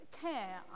Care